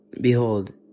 behold